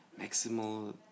maximal